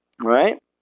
Right